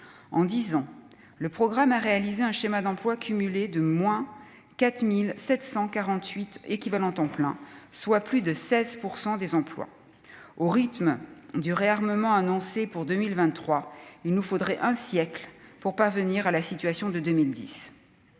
en 10 ans, le programme a réalisé un schéma d'emplois cumulés de moins 4748 équivalents temps plein, soit plus de 16 pour 100 des emplois au rythme du réarmement annoncé pour 2023, il nous faudrait un siècle pour parvenir à la situation de 2010,